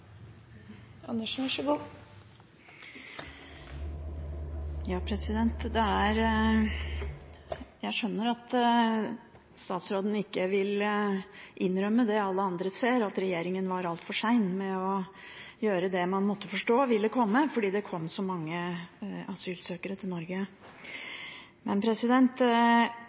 Jeg skjønner at statsråden ikke vil innrømme det alle andre ser, nemlig at regjeringen var altfor sein med å gjøre noe med det man måtte forstå ville komme, fordi det kom så mange asylsøkere til Norge.